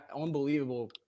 unbelievable